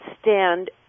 stand